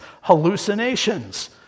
hallucinations